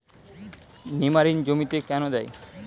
নিমারিন জমিতে কেন দেয়?